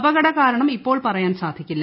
അപകട കാരണം ഇപ്പോൾ പർയാൻ സാധിക്കില്ല